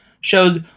shows